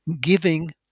giving